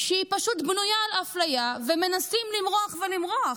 שפשוט בנויה על אפליה, ומנסים למרוח ולמרוח.